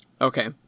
okay